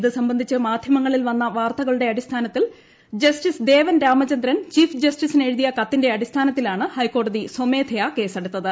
ഇത് സംബന്ധിച്ച് മാധ്യമങ്ങളിൽ വന്ന വാർത്തകളുടെ അടിസ്ഥാനത്തിൽ ജസ്റ്റിസ് ദേവൻ രാമചന്ദ്രൻ ചീഫ് ജസ്റ്റിസിന് എഴുതിയ കത്തിന്റെ അടിസ്ഥാനത്തിലാണ് ഹൈക്കോടതി സ്വമേധയാ കേസ്സെടുത്തത്